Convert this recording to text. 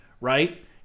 right